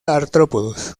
artrópodos